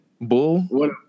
Bull